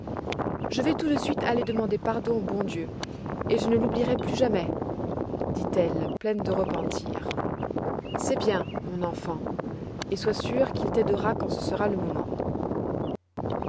je vais tout de suite aller demander pardon au bon dieu et je ne l'oublierai plus jamais dit-elle pleine de repentir c'est bien mon enfant et sois sûre qu'il t'aidera quand ce sera le moment